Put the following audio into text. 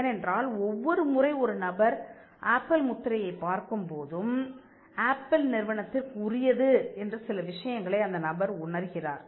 ஏனென்றால் ஒவ்வொரு முறை ஒரு நபர் ஆப்பிள் முத்திரையைப் பார்க்கும்போதும் ஆப்பிள் நிறுவனத்திற்கு உரியது என்று சில விஷயங்களை அந்த நபர் உணருகிறார்